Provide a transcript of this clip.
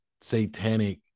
satanic